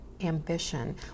ambition